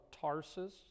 Tarsus